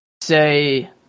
say